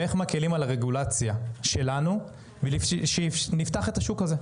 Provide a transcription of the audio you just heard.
ואיך מקלים על הרגולציה שלנו כדי שנפתח את השוק הזה,